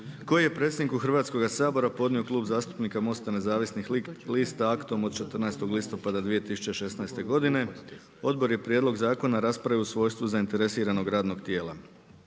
koji je predsjedniku Hrvatskoga sabora podnio Klub zastupnika MOST-a Nezavisnih lista aktom od 14. listopada 2016. godine. Odbor je prijedlog zakona raspravio u svojstvu zainteresiranog radnog tijela.